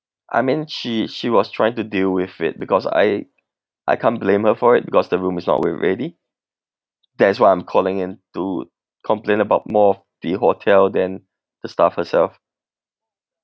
I mean she she was trying to deal with it because I I can't blame her for it because the room is not yet ready that is what I'm calling in to complain about more of the hotel than the staff herself